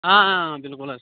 آ آ آ بِلکُل حظ